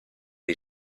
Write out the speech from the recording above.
dei